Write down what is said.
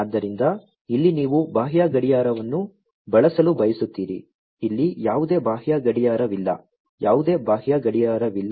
ಆದ್ದರಿಂದ ಇಲ್ಲಿ ನೀವು ಬಾಹ್ಯ ಗಡಿಯಾರವನ್ನು ಬಳಸಲು ಬಯಸುತ್ತೀರಿ ಇಲ್ಲಿ ಯಾವುದೇ ಬಾಹ್ಯ ಗಡಿಯಾರವಿಲ್ಲ ಯಾವುದೇ ಬಾಹ್ಯ ಗಡಿಯಾರವಿಲ್ಲ